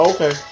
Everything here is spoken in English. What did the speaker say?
Okay